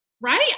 Right